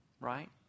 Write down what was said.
right